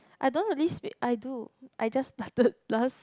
I don't really speak I do I just started last